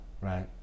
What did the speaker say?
right